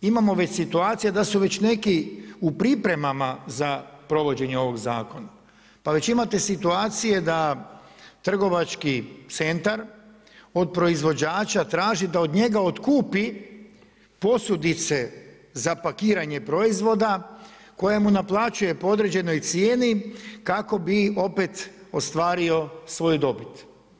imamo već situaciju da su već neki u pripremama za provođenje ovog zakona, pa već imate situacije da trgovački centar od proizvođača traži da od njega otkupi posude za pakiranje proizvoda koje mu naplaćuje po određenoj cijeni kako bi opet ostvario svoju dobit.